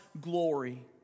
glory